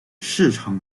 市场